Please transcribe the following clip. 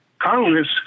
Congress